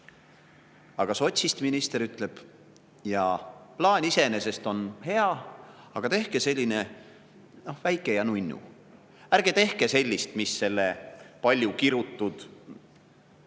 Aga sotsist minister ütleb, et jaa, plaan iseenesest on hea, aga tehke selline väike ja nunnu, ärge tehke sellist, mis selle paljukirutud